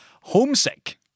Homesick